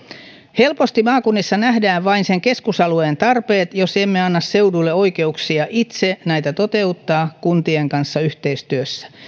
helposti maakunnissa nähdään vain sen keskusalueen tarpeet jos emme anna seuduille oikeuksia itse näitä toteuttaa kuntien kanssa yhteistyössä